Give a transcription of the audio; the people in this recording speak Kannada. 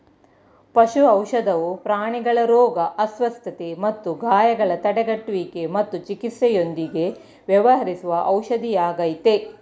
ಪಶು ಔಷಧವು ಪ್ರಾಣಿಗಳ ರೋಗ ಅಸ್ವಸ್ಥತೆ ಮತ್ತು ಗಾಯಗಳ ತಡೆಗಟ್ಟುವಿಕೆ ಮತ್ತು ಚಿಕಿತ್ಸೆಯೊಂದಿಗೆ ವ್ಯವಹರಿಸುವ ಔಷಧಿಯಾಗಯ್ತೆ